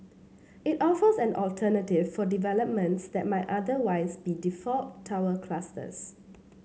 it offers an alternative for developments that might otherwise be default tower clusters